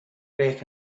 back